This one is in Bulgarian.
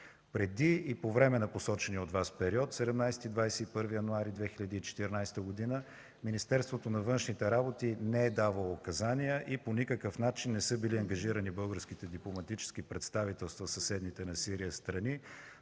Преди и по време на посочения от Вас период 17 21 януари 2014 г. Министерството на външните работи не е давало указания и по никакъв начин не са били ангажирани българските дипломатически представителства в съседните на Сирия страни